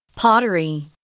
Pottery